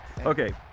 Okay